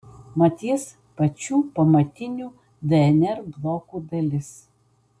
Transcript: mat jis pačių pamatinių dnr blokų dalis